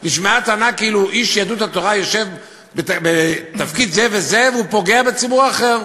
כאילו איש יהדות התורה יושב בתפקיד זה וזה והוא פוגע בציבור אחר.